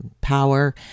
power